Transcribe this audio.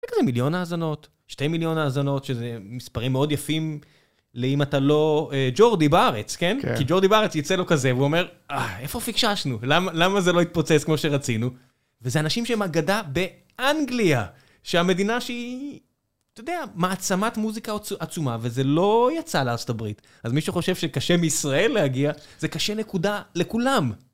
זה כזה מיליון האזנות, שתי מיליון האזנות, שזה מספרים מאוד יפים לאם אתה לא ג'ורדי בארץ, כן? כי ג'ורדי בארץ יצא לו כזה, והוא אומר, איפה פיקששנו? למה זה לא התפוצץ כמו שרצינו? וזה אנשים שהם אגדה באנגליה, שהמדינה שהיא... אתה יודע, מעצמת מוזיקה עצומה, וזה לא יצא לארה״ב. אז מי שחושב שקשה מישראל להגיע, זה קשה נקודה, לכולם.